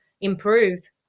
improve